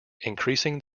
increasing